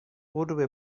غروب